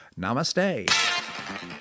Namaste